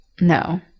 No